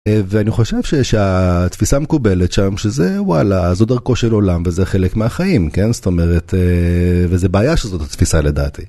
ואני חושב שהתפישה המקובלת שם שזה וואלה זו דרכו של עולם וזה חלק מהחיים כן זאת אומרת וזה בעיה שזאת התפישה לדעתי.